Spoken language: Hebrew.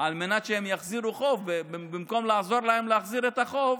על מנת שהם יחזירו חוב במקום לעזור להם להחזיר את החוב,